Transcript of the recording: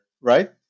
right